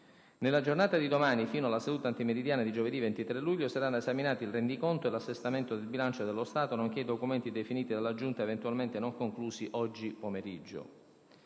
Nella giornata di domani fino alla seduta antimeridiana di giovedı23 luglio saranno esaminati il rendiconto e l’assestamento del bilancio dello Stato, nonche´ i documenti definiti dalla Giunta eventualmente non conclusi oggi pomeriggio.